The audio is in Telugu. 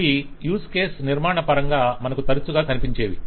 ఇవి యూస్ కేస్ నిర్మాణ పరంగా మనకు తరచుగా కనిపించేవి